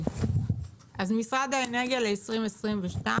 התפקיד העיקרי של משרד האנרגיה שעליו